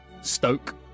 Stoke